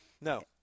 No